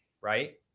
right